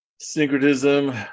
syncretism